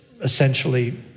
essentially